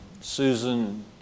Susan